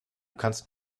kannst